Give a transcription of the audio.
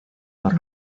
por